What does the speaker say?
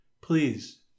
Please